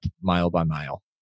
mile-by-mile